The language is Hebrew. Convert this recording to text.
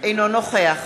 אינו נוכח